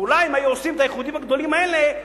ואולי אם היו עושים את האיחודים הגדולים האלה,